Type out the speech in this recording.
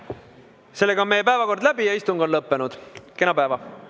toetust. Sellega on meie päevakord läbi ja istung on lõppenud. Kena päeva!